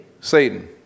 Satan